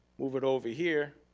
move it over here.